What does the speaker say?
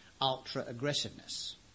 ultra-aggressiveness